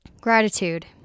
gratitude